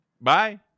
Bye